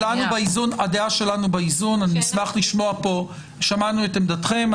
--- שמענו את עמדתכם,